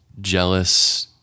jealous